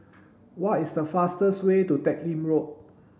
what is the fastest way to Teck Lim Road